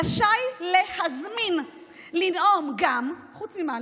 רשאי להזמין לנאום גם" חוץ ממה,